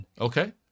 Okay